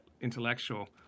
intellectual